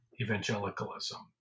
evangelicalism